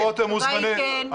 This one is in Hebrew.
כן, כן.